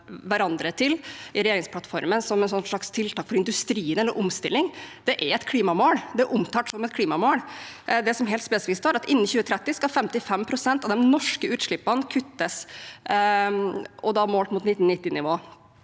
i regjeringsplattformen som et slags tiltak for industrien eller omstilling. Det er et klimamål, det er omtalt som et klimamål. Det som helt spesifikt står, er at innen 2030 skal 55 pst. av de norske utslippene kuttes målt mot 1990-nivå.